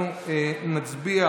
אנחנו נצביע